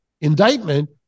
indictment